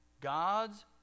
God's